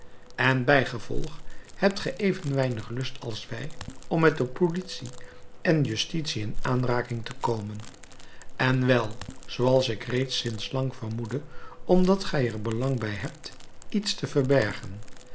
en bijgevolg hebt ge even weinig lust als wij om met de politie en justitie in aanraking te komen en wel zooals ik reeds sinds lang vermoedde omdat gij er belang bij hebt iets te verbergen